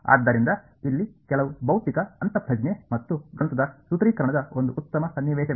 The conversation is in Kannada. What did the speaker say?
ಆದ್ದರಿಂದ ಇಲ್ಲಿ ಕೆಲವು ಭೌತಿಕ ಅಂತಃಪ್ರಜ್ಞೆ ಮತ್ತು ಗಣಿತದ ಸೂತ್ರೀಕರಣದ ಒಂದು ಉತ್ತಮ ಸನ್ನಿವೇಶವಿದೆ